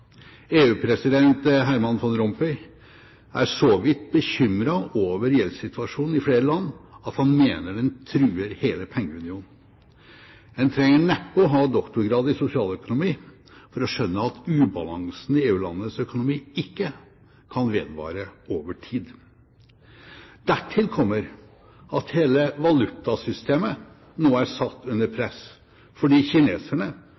Herman Van Rompuy er så vidt bekymret over gjeldssituasjonen i flere land at han mener den truer hele pengeunionen. En trenger neppe å ha doktorgrad i sosialøkonomi for å skjønne at ubalansen i EU-landenes økonomi ikke kan vedvare over tid. Dertil kommer at hele valutasystemet nå er satt under press, fordi kineserne,